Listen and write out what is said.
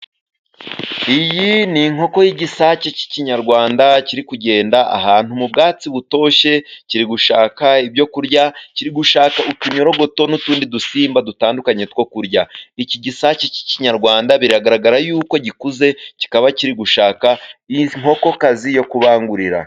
Iyi ni inkoko y’igisake cy’Ikinyarwanda, kiri kugenda ahantu mu bwatsi butoshye, kiri gushaka ibyo kurya, kiri gushaka utunyorogoto n’utundi dusimba dutandukanye two kurya. Iki gisake cy’Ikinyarwanda biragaragara y’uko gikuze, kikaba kiri gushaka inkokokazi yo kubangurira.